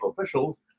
officials